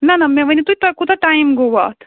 نہَ نہَ مےٚ ؤنِو تُہۍ تۄہہِ کوٗتاہ ٹایِم گوٚو اَتھ